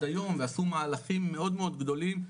היום ועשו מהלכים מאוד מאוד גדולים,